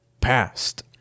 past